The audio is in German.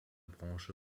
branche